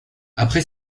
après